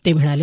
ते म्हणाले